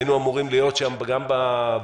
היינו אמורים להיות שם גם בבדיקות,